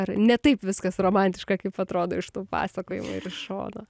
ar ne taip viskas romantiška kaip atrodo iš tų pasakojimų ir iš šono